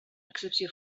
excepció